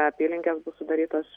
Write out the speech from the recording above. apylinkės bus sudarytos